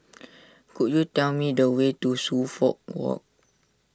could you tell me the way to Suffolk Walk